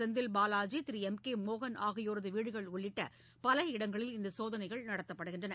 செந்தில்பாலாஜி திரு M K மோகன் ஆகியோரது வீடுகள் உள்ளிட்ட பல இடங்களில் இந்த சோதனைகள் நடத்தப்படுகின்றன